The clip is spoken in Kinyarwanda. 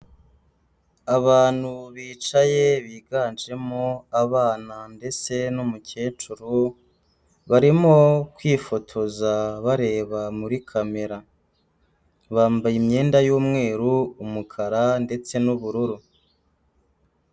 Abantu bicaye biganjemo abana ndetse n'umukecuru, barimo kwifotoza bareba muri kamera, bambaye imyenda y'umweru, umukara ndetse n'ubururu.